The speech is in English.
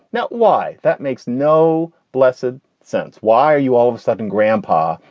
now why? that makes no blessed ah sense. why are you all of a sudden, grandpa,